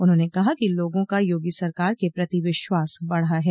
उन्होंने कहा कि लोगों का योगी सरकार के प्रति विश्वास बढ़ा है